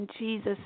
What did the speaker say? Jesus